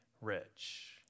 rich